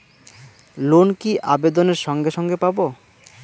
Loan কি আবেদনের সঙ্গে সঙ্গে পাব?